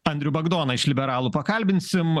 andrių bagdoną iš liberalų pakalbinsim